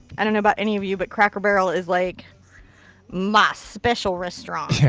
i don't know about any of you but crackle barrel is like my special resturant. yeah.